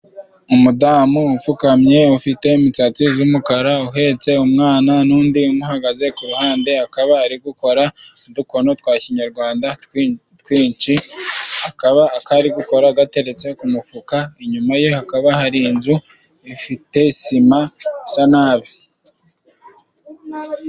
Umudamu upfukamye ufite imitsatsi z'umukara, uhetse umwana, n'undi umuhagaze ku ruhande, akaba ari gukora udukono twa kinyarwanda twinshi, akaba ako ari gukora gateretse ku mufuka, inyuma ye hakaba hari inzu ifite sima isa nabi.